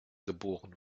geboren